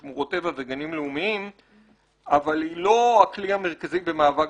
שמורות טבע וגנים לאומיים אבל היא לא הכלי המרכזי במאבק